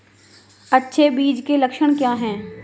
अच्छे बीज के लक्षण क्या हैं?